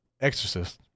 Exorcist